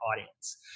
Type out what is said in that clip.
audience